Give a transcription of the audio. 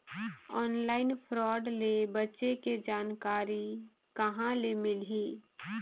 Online fraud ले बचे के जानकारी कहां ले मिलही?